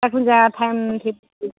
जायखुन जाया time fix बे